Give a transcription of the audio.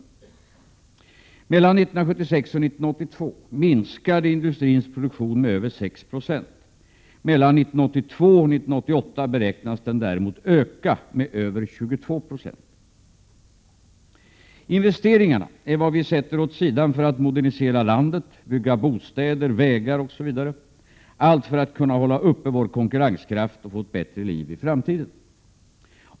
Mellan 1976 och 1982 minskade industrins produktion med över 6 96. Mellan 1982 och 1988 beräknas den däremot öka med över 22 Io. Oo Investeringarna är vad vi sätter åt sidan för att modernisera landet, bygga bostäder och vägar m.m., allt för att kunna hålla uppe vår konkurrenskraft och få ett bättre liv i framtiden.